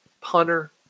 punter